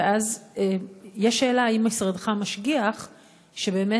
ואז יש שאלה: האם משרדך משגיח שבאמת,